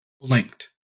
blinked